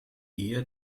eher